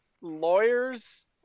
lawyers